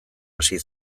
hasi